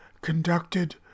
conducted